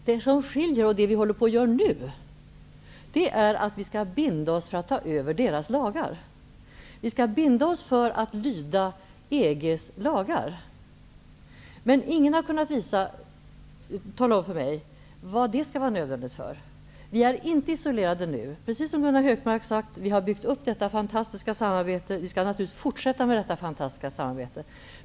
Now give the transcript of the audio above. Det som skiljer och det vi håller på att göra nu, det är att vi skall binda oss för att ta över deras lagar. Vi skall binda oss för att lyda EG:s lagar. Men ingen har kunnat tala om för mig varför det skall vara nödvändigt. Vi är inte isolerade nu. Precis som Gunnar Hökmark sade har vi byggt upp detta fantastiska samarbete. Vi skall naturligtvis fortsätta med detta fantastiska samarbete.